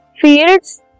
fields